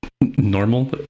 normal